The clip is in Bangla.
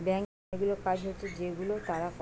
ব্যাংকে অনেকগুলা কাজ হচ্ছে যেগুলা তারা করে